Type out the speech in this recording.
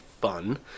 fun